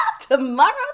tomorrow